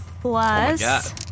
plus